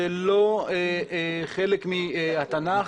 זה לא חלק מהתנ"ך.